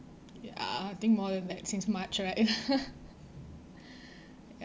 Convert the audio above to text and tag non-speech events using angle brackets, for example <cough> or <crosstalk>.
ya I think more than like since march right <laughs>